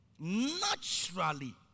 naturally